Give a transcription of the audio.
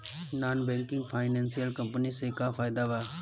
Non banking financial company से का फायदा बा?